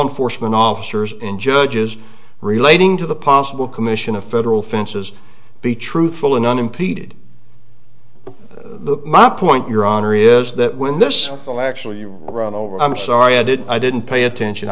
enforcement officers and judges relating to the possible commission of federal fences be truthful and unimpeded the my point your honor is that when this bill actually ran over i'm sorry i didn't i didn't pay attention